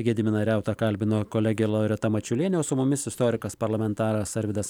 gediminą reutą kalbino kolegė loreta mačiulienė su mumis istorikas parlamentaras arvydas